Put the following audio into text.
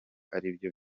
aribyo